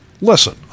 listen